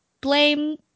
blame